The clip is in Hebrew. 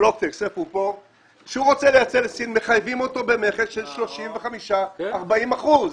פלוקטקס מחייבים אותי במכס של 40-35 אחוזים.